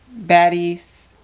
baddies